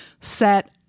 set